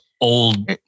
old